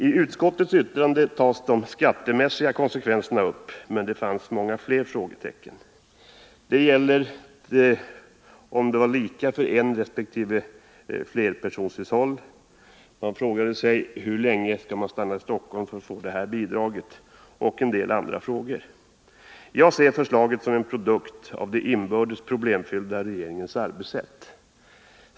I utskottsbetänkandet tas de skattemässiga konsekvenserna upp, men det finns många fler frågetecken. Det gäller t.ex. om samma villkor skulle gälla för enresp. flerpersonershushåll, hur länge man måste stanna i Stockholm för att få bidraget och en del andra frågor. Jag ser förslaget som en produkt av den inbördes problemfyllda regeringens arbetssätt.